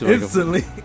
Instantly